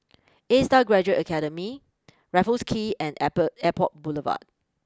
A Star Graduate Academy Raffles Quay and I per Airport Boulevard